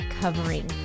covering